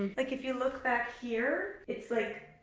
like if you look back here, it's like,